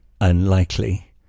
unlikely